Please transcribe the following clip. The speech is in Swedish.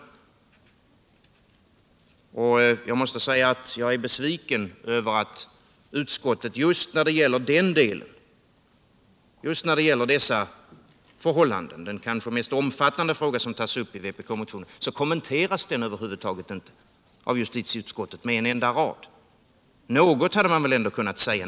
Jag måste säga att jag är besviken över att utskottet just när det gäller dessa förhållanden, den kanske mest omfattande fråga som tas uppi vpk-motionen, över huvud taget inte kommenterar vår motion med en enda rad. Något hade man väl ändå kunnat säga?